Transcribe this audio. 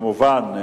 כמובן,